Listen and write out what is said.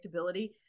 predictability